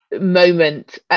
moment